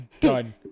Done